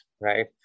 right